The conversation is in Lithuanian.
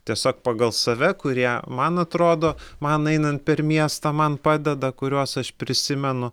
tiesiog pagal save kurie man atrodo man einant per miestą man padeda kuriuos aš prisimenu